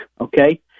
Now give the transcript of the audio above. okay